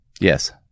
Yes